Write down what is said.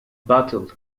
battle